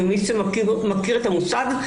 למי שמכיר את המושג,